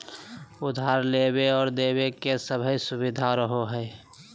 उधार लेबे आर देबे के सभै सुबिधा रहो हइ